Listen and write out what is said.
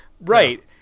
Right